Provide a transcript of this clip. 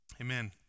amen